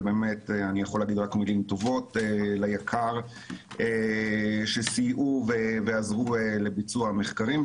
ובאמת אני יכול להגיד רק מילים טובות ליק"ר שסייעה ועזרה לביצוע מחקרים,